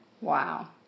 Wow